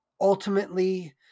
ultimately